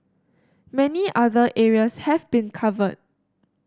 many other areas have been covered